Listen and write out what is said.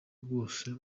bwose